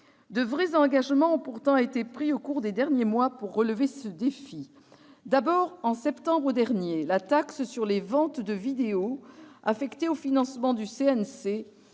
De vrais engagements ont pourtant été pris au cours des derniers mois pour relever ce défi. D'abord, en septembre dernier, la taxe sur les ventes de vidéos, affectée au financement du CNC,